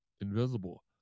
Invisible